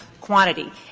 quantity